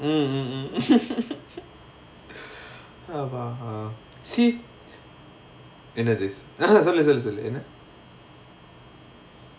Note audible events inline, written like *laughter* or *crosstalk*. mm mm mm *laughs* ah (uh huh) see என்னது:ennathu ah (uh huh) சொல்லு சொல்லு சொல்லு என்ன:sollu sollu sollu enna